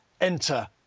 enter